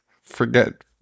forget